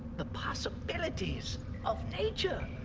the possibilities of nature.